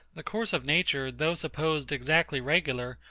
the course of nature, though supposed exactly regular,